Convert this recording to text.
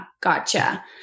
gotcha